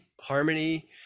harmony